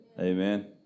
Amen